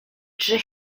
drze